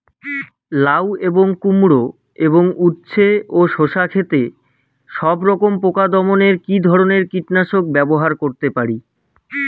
লাউ এবং কুমড়ো এবং উচ্ছে ও শসা ক্ষেতে সবরকম পোকা দমনে কী ধরনের কীটনাশক ব্যবহার করতে পারি?